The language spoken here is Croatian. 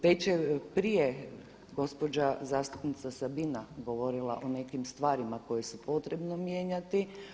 Već je prije gospođa zastupnica Sabina govorila o nekim stvarima koje je potrebno mijenjati.